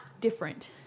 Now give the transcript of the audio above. different